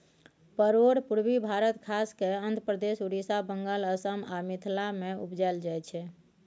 परोर पुर्वी भारत खास कय आंध्रप्रदेश, उड़ीसा, बंगाल, असम आ मिथिला मे उपजाएल जाइ छै